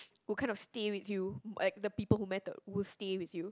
who kind of stay with you like the people who matter who will stay with you